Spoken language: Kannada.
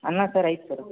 ಅನ್ನ ಸಾರು ಐತೆ ಸರ